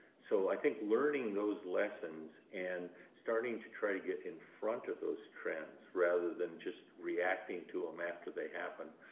so i think learning those lessons and starting to try to get in front of those trends rather than just reacting to them um after they happen,